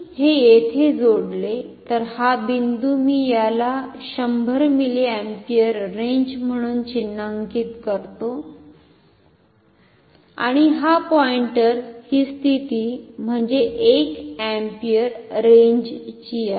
जर मी हे येथे जोडले तर हा बिंदू मी याला १०० मिलीअँपीयर रेंज म्हणून चिन्हांकित करतो आणि हा पॉईंटर हि स्थिती म्हणजे 1 एम्पीयर रेंजची आहे